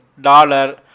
dollar